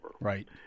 right